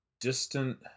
distant